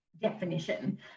definition